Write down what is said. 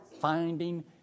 finding